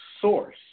source